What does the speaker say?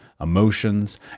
emotions